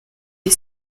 des